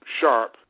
sharp